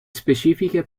specifiche